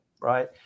right